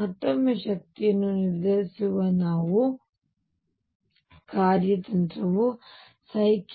ಮತ್ತೊಮ್ಮೆ ಶಕ್ತಿಯನ್ನು ನಿರ್ಧರಿಸುವ ನಮ್ಮ ಕಾರ್ಯತಂತ್ರವು k